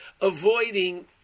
avoiding